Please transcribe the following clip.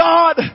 God